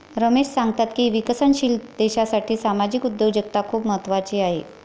रमेश सांगतात की विकसनशील देशासाठी सामाजिक उद्योजकता खूप महत्त्वाची आहे